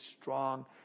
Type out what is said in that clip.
strong